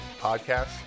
podcast